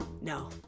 No